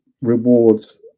rewards